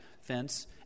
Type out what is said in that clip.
fence